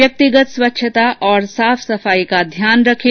व्यक्तिगत स्वच्छता और साफ सफाई का ध्यान रखें